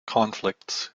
conflicts